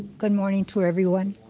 good morning to everyone.